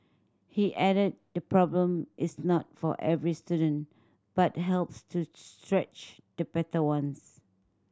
he added the problem is not for every student but helps to stretch the better ones